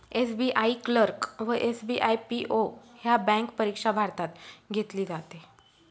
SBI clerk व SBI PO ह्या bank परीक्षा भारतात घेतली जाते